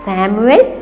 Samuel